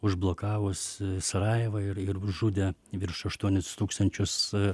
užblokavus sarajevą ir ir nužudė virš aštuonis tūkstančius